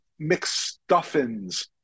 McStuffins